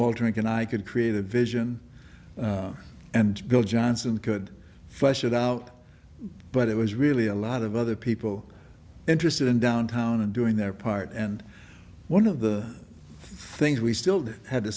altering and i could create a vision and bill johnson could flesh it out but it was really a lot of other people interested in downtown and doing their part and one of the things we still had to